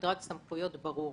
ומדרג סמכויות ברור.